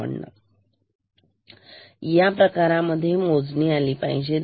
तर या प्रकारांमध्ये मोजणी आली पाहिजे 10